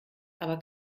aber